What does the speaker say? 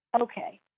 Okay